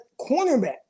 cornerback